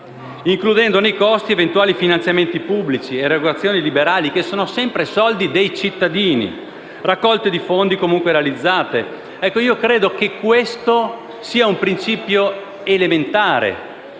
includendo nei costi eventuali finanziamenti pubblici, erogazioni liberali,» - che sono sempre soldi dei cittadini - «raccolte di fondi comunque realizzate (...)». Ecco, io credo che questo sia un principio elementare,